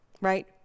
Right